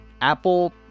Apple